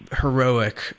heroic